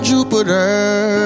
Jupiter